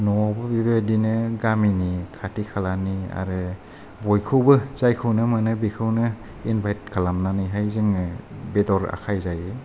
न'आवबो बिबादिनो गामिनि खाथि खालानि आरो बयखौबो जायखौनो मोनो बेखौनो इनभाइट खालामनानैहाय जोङो बेदर आखाय जायो